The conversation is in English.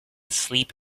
sleep